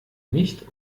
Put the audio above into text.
nicht